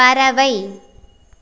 பறவை